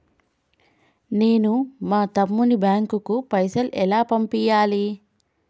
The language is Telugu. నేను మా తమ్ముని బ్యాంకుకు పైసలు ఎలా పంపియ్యాలి?